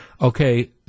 okay